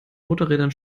motorrädern